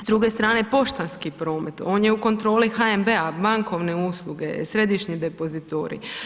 S druge strane, poštanski promet, on je u kontroli HNB-a, bankovne usluge, središnji depozitorij.